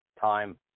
time